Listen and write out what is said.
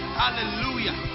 hallelujah